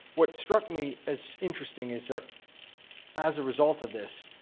what struck me as interesting is that as a result of this,